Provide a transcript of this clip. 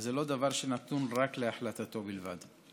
וזה לא דבר שנתון להחלטתו בלבד.